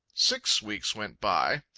six weeks went by,